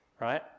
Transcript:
right